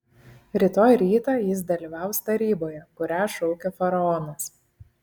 rytoj rytą jis dalyvaus taryboje kurią šaukia faraonas